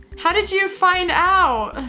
how did you find out?